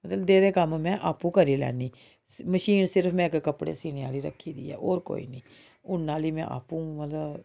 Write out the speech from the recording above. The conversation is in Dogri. नेह् नेह् कम्म में आपूं करी लैन्नी मशीन सिर्फ में इक कपड़े सीने आह्ली रक्खी दी ऐ होर कोई निं उन्ना आह्ली में आपूं मतलब